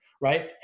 right